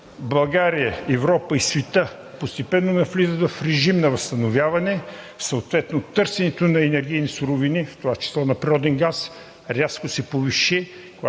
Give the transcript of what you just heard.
България, Европа и светът постепенно навлизат в режим на възстановяване, съответно търсенето на енергийни суровини, в това число на природен газ, рязко се повиши.